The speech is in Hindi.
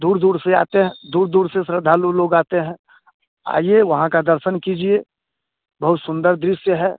दूर दूर से आते हैं दूर दूर से श्रद्धालु लोग आते हैं आइए वहाँ का दर्शन कीजिए बहुत सुंदर दृश्य है